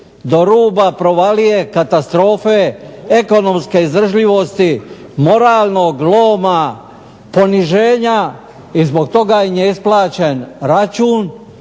do ruba provalije katastrofe ekonomske izdržljivosti moralnog loma poniženja i zbog toga im je isplaćen račun